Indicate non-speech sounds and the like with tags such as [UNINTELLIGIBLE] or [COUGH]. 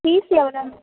fees எவ்வளோ [UNINTELLIGIBLE] madam